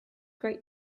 great